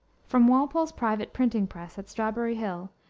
from walpole's private printing-press, at strawberry hill,